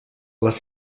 les